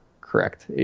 correct